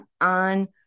on